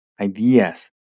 ideas